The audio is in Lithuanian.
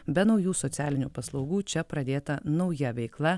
be naujų socialinių paslaugų čia pradėta nauja veikla